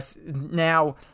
Now